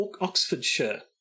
Oxfordshire